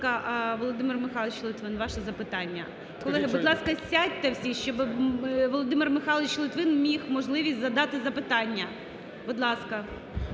Володимир Михайлович Литвин, ваше запитання. Колеги, будь ласка, сядьте всі, щоби Володимир Михайлович Литвин мав можливість задати запитання. Будь ласка.